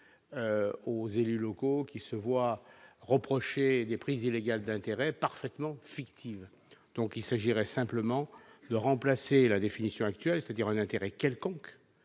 aux élus locaux qui se voit reprocher des prises illégales d'intérêts parfaitement fictives, donc il s'agirait simplement de remplacer la définition actuelle, c'est-à-dire un intérêt quelconque